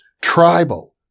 tribal